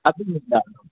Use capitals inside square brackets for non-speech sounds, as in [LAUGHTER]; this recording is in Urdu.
ابھی نہیں [UNINTELLIGIBLE]